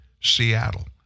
Seattle